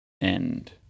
end